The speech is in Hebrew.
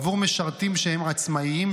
עבור משרתים שהם עצמאים,